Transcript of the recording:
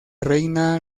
reina